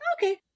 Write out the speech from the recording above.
okay